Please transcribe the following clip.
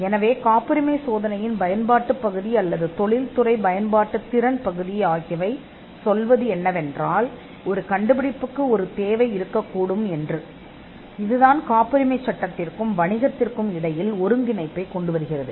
எனவே பயன்பாட்டு பகுதி அல்லது காப்புரிமை சோதனையின் தொழில்துறை பயன்பாட்டு பகுதியின் திறன் என்னவென்றால் ஒரு கண்டுபிடிப்புக்கு ஒரு கோரிக்கை இருக்கக்கூடும் என்று நமக்கு என்ன சொல்கிறது மேலும் இது காப்புரிமை சட்டம் மற்றும் வணிகத்திற்கு இடையிலான தொடர்பைக் கொண்டுவருகிறது